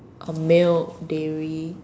or milk dairy